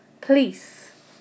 Police